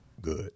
Good